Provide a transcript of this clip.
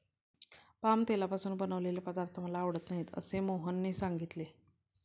palm तेलापासून बनवलेले पदार्थ मला आवडत नाहीत असे मोहनने सांगितले